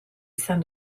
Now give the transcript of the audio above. izan